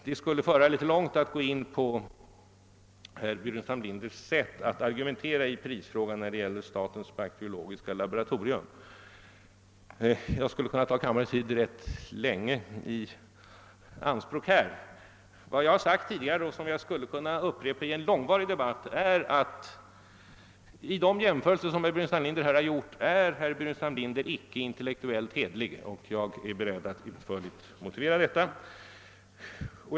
Det skulle föra en smula för långt att nu gå in på herr Burenstam Linders sätt att argumentera i prisfrågan när det gäller statens bakteriologiska laboratorium. Jag skulle kunna ta kammarens ledamöters tid ganska länge i anspråk i denna fråga. Vad jag tidigare sagt och skulle kunna upprepa i en långvarig debatt är att herr Burenstam Linder i de jämförelser han gjort icke är intellektuellt hederlig. Jag är beredd att utförligt motivera detta påstående.